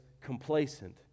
complacent